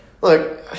look